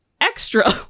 Extra